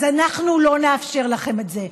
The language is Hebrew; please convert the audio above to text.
אז אנחנו לא נאפשר לכם את זה.